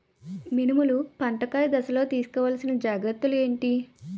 మినుములు పంట కాయ దశలో తిస్కోవాలసిన జాగ్రత్తలు ఏంటి?